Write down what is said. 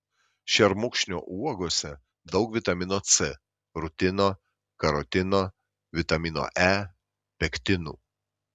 šermukšnio uogose daug vitamino c rutino karotino vitamino e pektinų